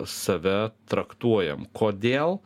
save traktuojam kodėl